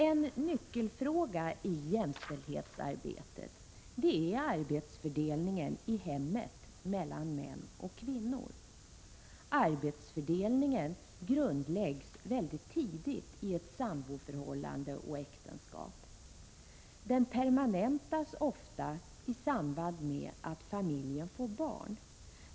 En nyckelfråga i jämställdhetsarbetet är arbetsfördelningen i hemmet mellan män och kvinnor. Arbetsfördelningen grundläggs mycket tidigt i ett samboförhållande och ett äktenskap. Den permanentas ofta i samband med att familjen får barn.